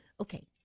Okay